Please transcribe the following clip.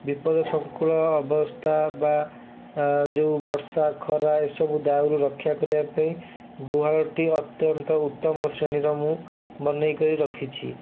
ବିପଦସଂକୁଳ ଅବସ୍ଥା ବା ଆ ଯୋଉ ବର୍ଷା ଖରା ଏସବୁ ଦାଉରୁ ରକ୍ଷା କରିବାପାଇଁ ଗୁହାଳଟି ଅତ୍ୟନ୍ତ ଉତ୍ତମ ଶ୍ରେଣୀର ମୁଁ ବନେଇକରି ରଖିଛି